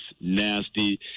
nasty